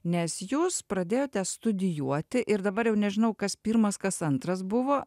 nes jūs pradėjote studijuoti ir dabar jau nežinau kas pirmas kas antras buvo